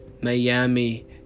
Miami